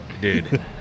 dude